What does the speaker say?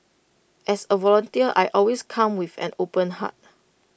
as A volunteer I always come with an open heart